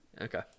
Okay